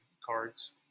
cards